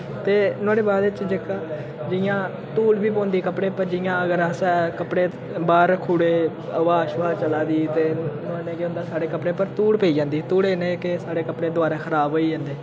ते नोहाड़े बाद च जेह्का जि'यां धूल बी पौंदी कपड़े पर जि'यां अगर असें कपड़े बाह्र रक्खी ओड़े हवा शवा चला दी ते नोह्ड़े नै केह् होंदा साढ़े कपड़े पर धूड़ पेई जंदी धुड़े नै जेह्के साढ़े कपड़े दोबारा खराब होई जंदे